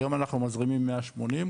היום אנחנו מזרימים 180,